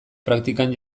praktikan